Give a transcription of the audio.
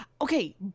Okay